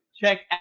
check